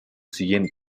siguiente